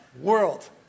World